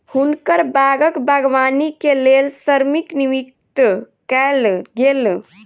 हुनकर बागक बागवानी के लेल श्रमिक नियुक्त कयल गेल